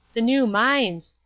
the new mines.